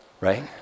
Right